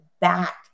back